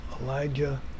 Elijah